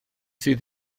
sydd